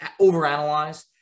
overanalyze